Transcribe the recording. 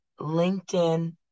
LinkedIn